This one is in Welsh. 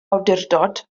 awdurdod